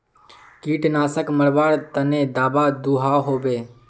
कीटनाशक मरवार तने दाबा दुआहोबे?